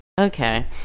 Okay